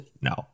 No